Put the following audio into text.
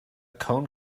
cone